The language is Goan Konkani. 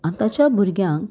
आतांच्या भुरग्यांक